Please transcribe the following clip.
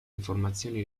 informazioni